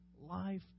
life